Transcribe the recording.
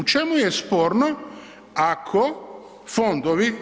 U čemu je sporno ako fondovi.